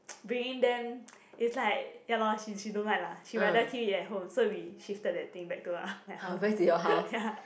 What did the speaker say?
bringing them it's like ya lor she she don't like lah she rather keep it at home so we shifted that thing back to uh my house ya